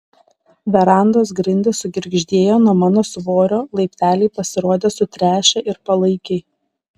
verandos grindys sugirgždėjo nuo mano svorio laipteliai pasirodė sutręšę ir palaikiai